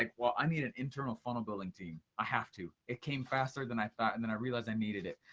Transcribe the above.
like well, i need an internal funnel-building team. i have to, it came faster than i thought, and then i realized i needed it.